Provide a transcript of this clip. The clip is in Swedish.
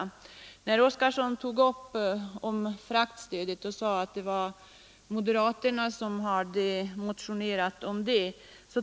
Herr Oskarson tog upp frågan om fraktstödet och sade att det var moderaterna som hade motionerat om det.